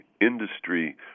industry